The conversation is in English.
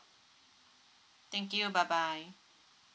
thank you bye bye